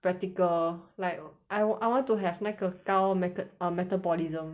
practical like I wa~ I want to have 那个高那个 err metabolism